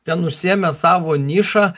ten užsiėmęs savo nišą